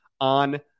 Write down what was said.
on